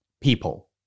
people